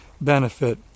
benefit